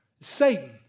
Satan